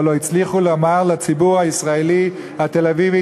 או לא הצליחו לומר לציבור הישראלי התל-אביבי,